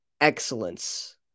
excellence